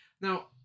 Now